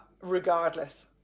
regardless